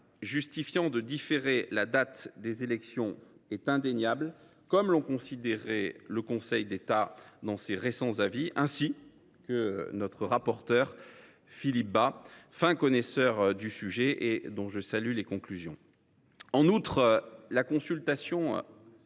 justifiant de différer la date des élections est indéniable, comme l’ont considéré le Conseil d’État dans ses récents avis ainsi que notre rapporteur, Philippe Bas, fin connaisseur du sujet, dont je salue les conclusions. En outre, la consultation